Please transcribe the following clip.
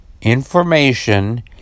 information